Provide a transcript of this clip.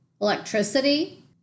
electricity